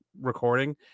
recording